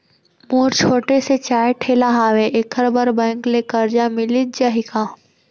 मोर छोटे से चाय ठेला हावे एखर बर बैंक ले करजा मिलिस जाही का?